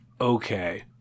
okay